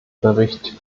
bericht